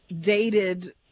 dated